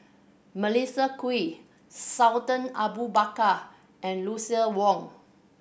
Melissa Kwee Sultan Abu Bakar and Lucien Wang